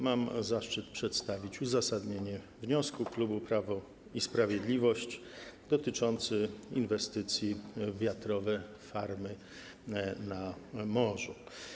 Mam zaszczyt przedstawić uzasadnienie wniosku Klubu Prawo i Sprawiedliwość, dotyczącego inwestycji w wiatrowe farmy na morzu.